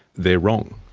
they're wrong.